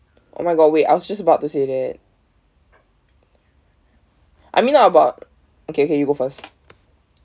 oh my god wait I was just about to say that I mean not about okay okay you go first